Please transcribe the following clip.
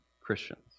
Christians